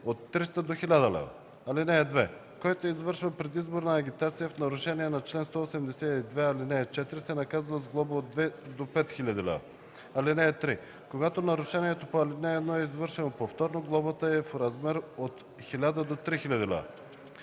от 300 до 1000 лв. (2) Който извършва предизборна агитация в нарушение на чл. 182, ал. 4, се наказва с глоба от 2000 до 5000 лв. (3) Когато нарушението по ал. 1 е извършено повторно, глобата е в размер от 1000 до 3000 лв.